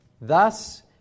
Thus